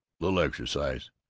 lil exercise.